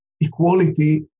equality